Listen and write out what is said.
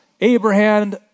Abraham